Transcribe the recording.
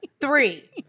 Three